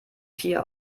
vier